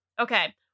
Okay